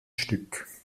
stück